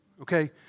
okay